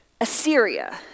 Assyria